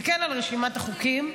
תסתכל על רשימת החוקים,